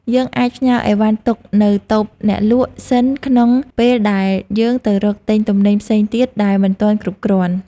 យើងអាចផ្ញើអីវ៉ាន់ទុកនៅតូបអ្នកលក់សិនក្នុងពេលដែលយើងទៅរកទិញទំនិញផ្សេងទៀតដែលមិនទាន់គ្រប់គ្រាន់។